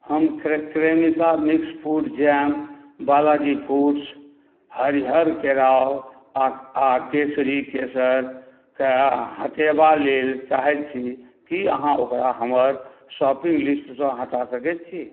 हम क्रेम Cremica mix fruit jam Balaji foods हरिअर केराव आओर केसरी केसरकेँ हटेबा लेल चाहै छी कि अहाँ ओकरा हमर शॉपिन्ग लिस्टसँ हटा सकै छी